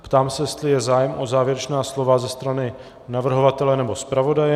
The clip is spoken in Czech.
Ptám se, jestli je zájem o závěrečná slova ze strany navrhovatele nebo zpravodaje.